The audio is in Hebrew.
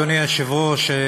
אדוני היושב-ראש,